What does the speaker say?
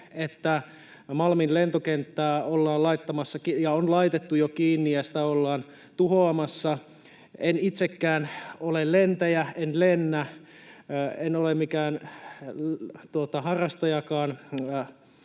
että Malmin lentokenttää ollaan laittamassa ja on laitettu jo kiinni ja sitä ollaan tuhoamassa. En itsekään ole lentäjä, en lennä, en ole mikään harrastajakaan